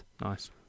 Nice